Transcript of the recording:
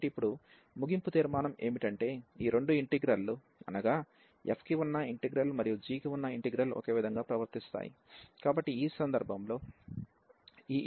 కాబట్టి ఇప్పుడు ముగింపు తీర్మానం ఏమిటంటేఈ రెండు ఇంటిగ్రల్ లు అనగా f కి ఉన్న ఇంటిగ్రల్ మరియు g కి ఉన్న ఇంటిగ్రల్ ఒకే విధంగా ప్రవర్తిస్తాయి